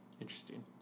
Interesting